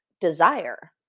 desire